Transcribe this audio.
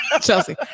Chelsea